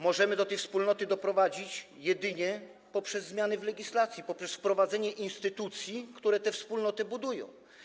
Możemy do tej wspólnoty doprowadzić jedynie poprzez zmiany w legislacji, poprzez wprowadzenie instytucji, które tę wspólnotę budują.